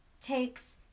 takes